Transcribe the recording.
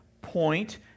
point